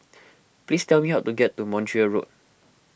please tell me how to get to Montreal Road